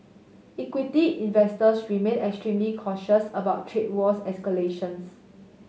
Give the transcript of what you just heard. equity investors remain extremely cautious about trade wars escalations